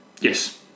Yes